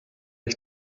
ich